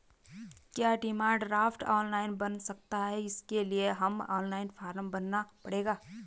क्या demand draft online बन सकता है इसके लिए हमें ऑनलाइन फॉर्म भरना पड़ेगा?